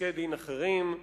ופסקי-דין אחרים.